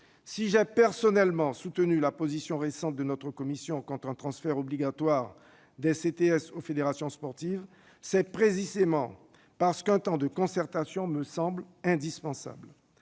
Si j'ai personnellement soutenu la position récente de notre commission contre un transfert obligatoire des CTS aux fédérations sportives, c'est précisément parce qu'un temps de concertation me paraît indispensable.